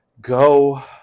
go